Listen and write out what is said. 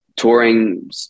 touring